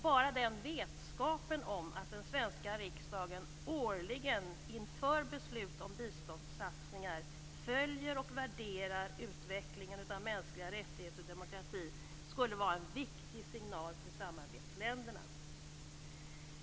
Bara den vetskapen att den svenska riksdagen årligen inför beslut om biståndssatsningar följer och värderar utvecklingen av mänskliga rättigheter och demokrati skulle vara en viktig signal till samarbetsländerna.